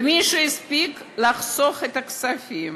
ומי שהספיק לחסוך כספים,